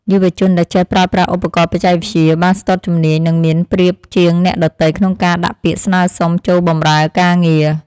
យុវជនដែលចេះប្រើប្រាស់ឧបករណ៍បច្ចេកវិទ្យាបានស្ទាត់ជំនាញនឹងមានប្រៀបជាងអ្នកដទៃក្នុងការដាក់ពាក្យស្នើសុំចូលបម្រើការងារ។